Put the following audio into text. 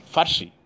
Farsi